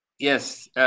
Yes